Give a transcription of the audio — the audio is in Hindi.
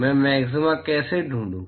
मैं मैक्सिमा कैसे ढूंढूं